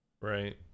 Right